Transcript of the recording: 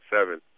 seven